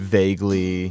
vaguely